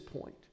point